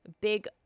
big